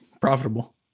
profitable